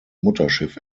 mutterschiff